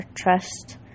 trust